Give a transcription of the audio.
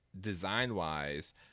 design-wise